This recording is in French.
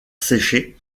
séché